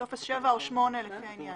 טופס 7 או 8 לפי העניין.